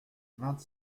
vingt